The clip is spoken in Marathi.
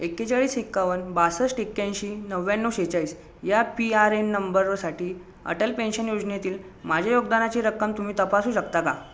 एक्केचाळीस एक्कावन्न बासष्ट एक्याऐंशी नव्व्याण्णव सेहेचाळीस या पी आर एन नंबरसाठी अटल पेन्शन योजनेतील माझ्या योगदानाची रक्कम तुम्ही तपासू शकता का